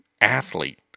athlete